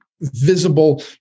visible